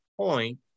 point